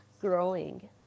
growing